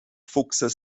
fuchses